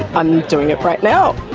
i'm doing it right now.